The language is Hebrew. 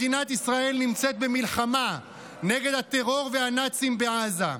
מדינת ישראל נמצאת במלחמה נגד הטרור והנאצים בעזה.